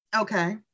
okay